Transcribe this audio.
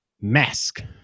mask